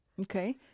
Okay